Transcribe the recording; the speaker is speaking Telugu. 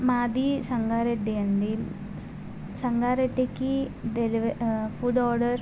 మాది సంగారెడ్డి అండి సంగారెడ్డికి డెలివ ఫుడ్ ఆర్డర్